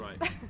right